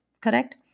correct